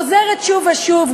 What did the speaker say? שחוזרת שוב ושוב.